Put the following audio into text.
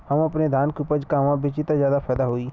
हम अपने धान के उपज कहवा बेंचि त ज्यादा फैदा होई?